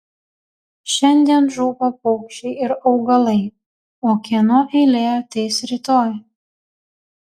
šiandien žūva paukščiai ir augalai o kieno eilė ateis rytoj